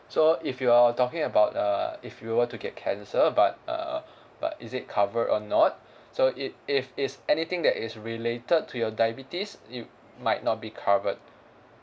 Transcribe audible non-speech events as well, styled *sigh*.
so if you are talking about err if you were to get cancer but err but is it cover or not *breath* so it if it's anything that is related to your diabetes you might not be covered